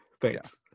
thanks